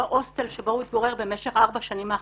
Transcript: בהוסטל שבו הוא התגורר במשך ארבע השנים האחרונות.